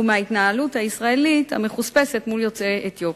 ומההתנהלות הישראלית המחוספסת מול יוצאי אתיופיה.